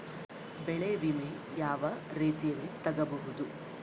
ಬೆಳೆ ವಿಮೆ ಯಾವ ರೇತಿಯಲ್ಲಿ ತಗಬಹುದು?